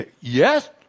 yes